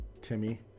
Timmy